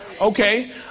Okay